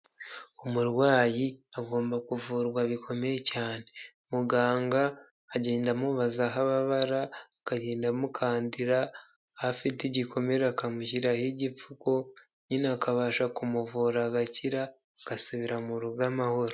Umurwayi agomba kuvurwa bikomeye cyane, muganga agenda amubaza aho ababara, akagenda amukandira afite igikomere akamushyiraho igipfukuko nyine akabasha kumuvura agakira agasubira mu rugo amahoro.